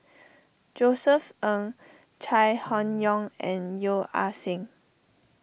Josef Ng Chai Hon Yoong and Yeo Ah Seng